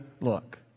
look